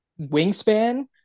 wingspan